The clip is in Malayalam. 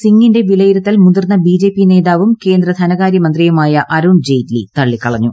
സിങ്ങിന്റെ വിലയിരുത്തൽ മുതിർന്ന ബിജെപി നേതാവും കേന്ദ്ര ധനകാര്യമന്ത്രിയുമായ അരുൺ ജെയ്റ്റ്ലി തള്ളിക്കളഞ്ഞു